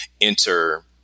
enter